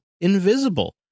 Invisible